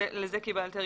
למה שקיבלת.